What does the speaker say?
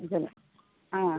അതെ ആ